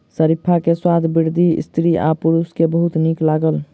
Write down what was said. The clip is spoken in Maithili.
शरीफा के स्वाद वृद्ध स्त्री आ पुरुष के बहुत नीक लागल